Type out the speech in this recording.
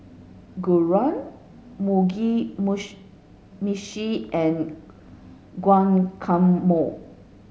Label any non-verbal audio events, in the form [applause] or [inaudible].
Gyros Mugi [unintelligible] meshi and Guacamole